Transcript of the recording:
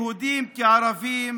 יהודים כערבים,